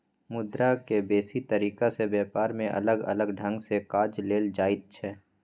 मुद्रा के बेसी तरीका से ब्यापार में अलग अलग ढंग से काज लेल जाइत छै